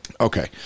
okay